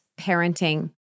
parenting